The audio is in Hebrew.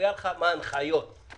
הוא